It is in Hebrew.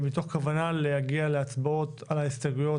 מתוך כוונה להגיע להצבעות על ההסתייגויות